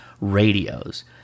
radios